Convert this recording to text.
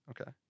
Okay